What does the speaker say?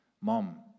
mom